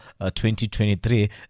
2023